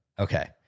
Okay